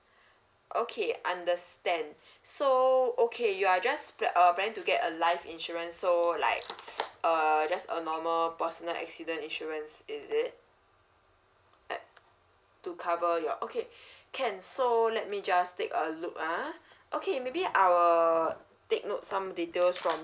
okay understand so okay you are just pla~ uh plan to get a life insurance so like err just a normal personal accident insurance is it err to cover your okay can so let me just take a look ah okay maybe I will take note some details from